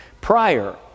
prior